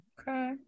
Okay